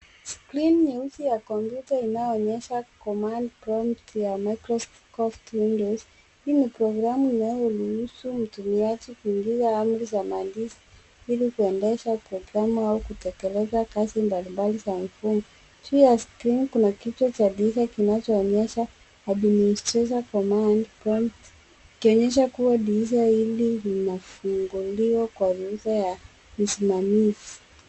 Skrini nyeusi ya kompyuta inayoonyesha command prompt ya Microsoft windows . Hii ni programu inayomruhusu mtumiaji kuingiza amri za maandishi ili kuendesha programu au kutekeleza kazi mbalimbali za mfumo. Juu ya skrini kuna kitu cha dirisha kinachoonyesha administrator command prompt ikionyesha kuwa dirisha hili linafunguliwa kwa ruhusa ya msimamizi.